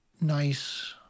nice